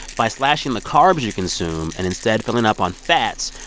by slashing the carbs you consume and instead filling up on fats,